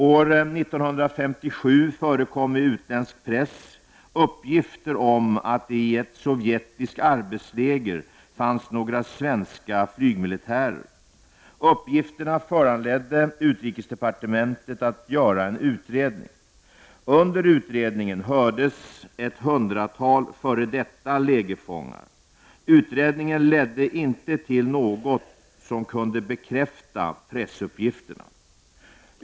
År 1957 förekom i utländsk press uppgifter om att det i ett sovjetiskt arbetsläger fanns några svenska flygmilitärer. Uppgifterna föranledde utrikesdepartementet att göra en utredning. Under utredningen hördes ett hundratal f.d. lägerfångar. Utredningen ledde inte till något som kunde bekräfta pressuppgifterna.